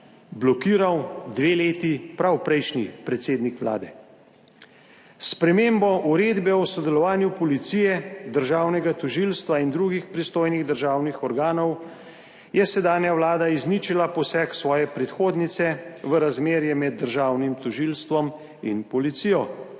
blokiral dve leti prav prejšnji predsednik Vlade. S spremembo uredbe o sodelovanju policije, državnega tožilstva in drugih pristojnih državnih organov je sedanja vlada izničila poseg svoje predhodnice v razmerje med državnim tožilstvom in policijo.